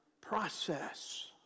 process